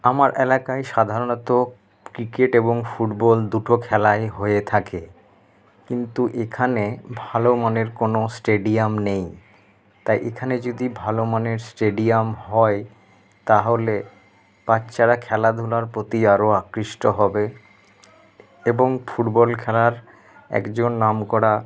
আমার এলাকায় সাধারণত ক্রিকেট এবং ফুটবল দুটো খেলাই হয়ে থাকে কিন্তু এখানে ভালো মনের কোনো স্টেডিয়াম নেই তাই এখানে যদি ভালো মনের স্টেডিয়াম হয় তাহলে বাচ্চারা খেলাধুলার প্রতি আরও আকৃষ্ট হবে এবং ফুটবল খেলার একজন নাম করা